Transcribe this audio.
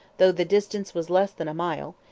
though the distance was less than a mile,